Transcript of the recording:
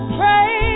pray